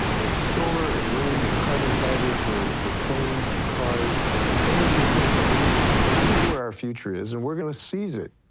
in solar, in wind, in carbon-fiber for for planes and cars, in energy efficiency this is where our future is, and we're gonna seize it.